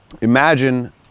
imagine